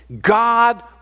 God